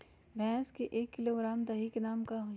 भैस के एक किलोग्राम दही के दाम का होई?